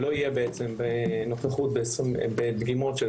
שלא תהיה נוכחות של 25 גרם בדגימות.